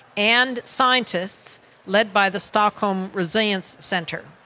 and scientists led by the stockholm resilience centre.